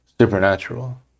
supernatural